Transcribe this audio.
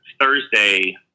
Thursday